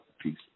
Peace